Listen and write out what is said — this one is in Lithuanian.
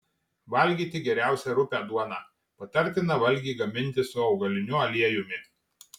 valgyti geriausia rupią duoną patartina valgį gaminti su augaliniu aliejumi